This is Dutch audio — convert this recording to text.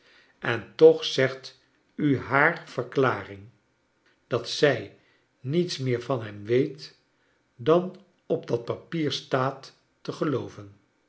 en toch zegt u haar verklaring dat zij niets meer van hem weet dan op dat papier staat te gelooven